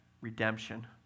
redemption